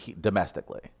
domestically